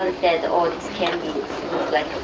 said, oh, these candies look like it's,